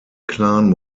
clan